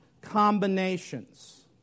combinations